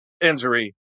injury